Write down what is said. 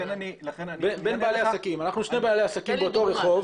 אנחנו שני בעלי עסקים באותו רחוב.